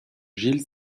gilles